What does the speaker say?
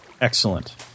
Excellent